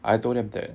I don't have that